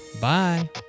Bye